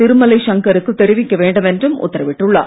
திருமலை சங்கருக்கு தெரிவிக்க வேண்டும் என்றும் உத்தரவிட்டுள்ளார்